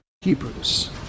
Hebrews